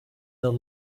the